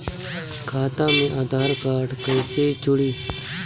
खाता मे आधार कार्ड कईसे जुड़ि?